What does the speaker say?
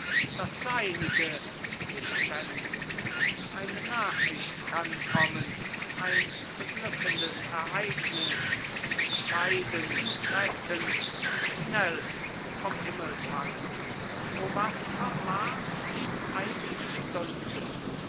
das seinige sich wenden eine nachricht kann kommen ein beglückendes ereignis entscheidend rettend schnell vom himmel fallen o was vermag nicht eine stunde